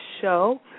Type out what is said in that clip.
show